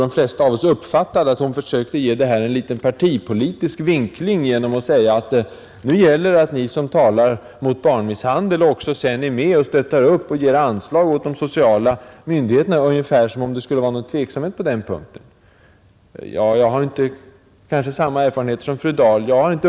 De flesta av oss uppfattade nog att hon försökte ge den här debatten en liten partipolitisk vinkling genom att säga, att nu gäller det att ni som talar mot barnmisshandel också sedan är med och stöttar upp och ger anslag åt de sociala myndigheterna — ungefär som om det skulle vara någon tveksamhet på den punkten. Jag har kanske inte samma erfarenheter som fru Dahl.